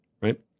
right